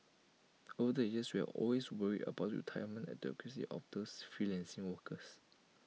over the years we've always worried about the retirement adequacy of these freelancing workers